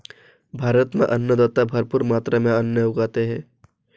भारत में अन्नदाता भरपूर मात्रा में अन्न उगाते हैं